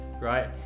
right